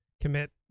commit